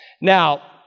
Now